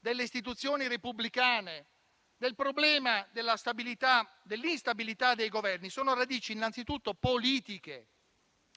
delle istituzioni repubblicane, del problema dell'instabilità dei Governi, sono innanzitutto politiche;